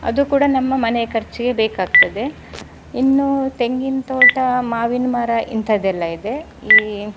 ಅದು ಕೂಡ ನಮ್ಮ ಮನೆಯ ಖರ್ಚಿಗೆ ಬೇಕಾಗ್ತದೆ ಇನ್ನೂ ತೆಂಗಿನ ತೋಟ ಮಾವಿನ ಮರ ಇಂಥದೆಲ್ಲ ಇದೆ ಈ